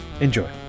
enjoy